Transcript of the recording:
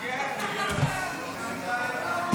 זה רק מראה שלא היית פה בשנה האחרונה.